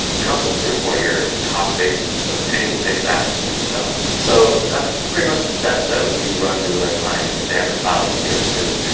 and also to report your cost basis of any fixed assets that you sell. so that's pretty much the steps that we run through with our clients if they haven't filed in years is,